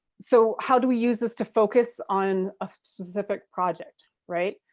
so how do we use this to focus on a specific project, right.